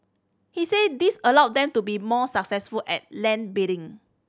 he said this allow them to be more successful at land bidding